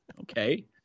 Okay